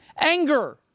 anger